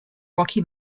rocky